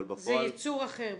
אבל בפועל --- זה ייצור אחר,